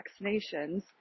vaccinations